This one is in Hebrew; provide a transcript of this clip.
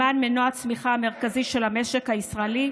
למען מנוע הצמיחה המרכזי של המשק הישראלי,